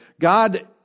God